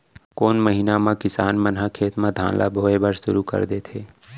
कोन महीना मा किसान मन ह खेत म धान ला बोये बर शुरू कर देथे?